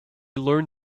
learned